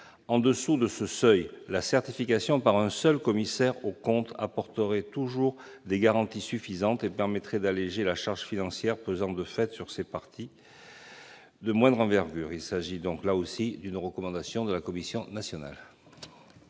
En deçà de ce seuil, la certification par un seul commissaire aux comptes apporterait toujours des garanties suffisantes et permettrait d'alléger la charge financière pesant de fait sur ces partis de moindre envergure. Il s'agit de nouveau d'une recommandation de la Commission nationale